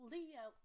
Leo